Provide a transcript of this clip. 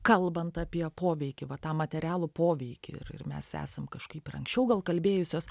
kalbant apie poveikį va tą materialų poveikį ir ir mes esam kažkaip ir anksčiau gal kalbėjusios